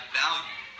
value